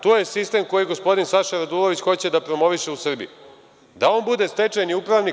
To je sistem koji gospodin Saša Radulović hoće da promoviše u Srbiji, da on bude stečajni upravnik.